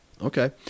Okay